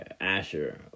Asher